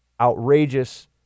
Outrageous